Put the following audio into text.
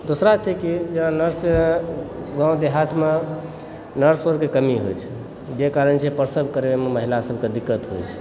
दोसरा छै कि जेना नर्स गाँव देहातमऽ नर्स उर्सके कमी होइत छै जाहि कारणसे प्रसव करबैमे महिला सभकेँ दिक्कत होइत छै